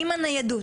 עם הניידות,